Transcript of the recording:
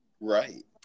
right